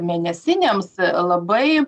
mėnesinėms labai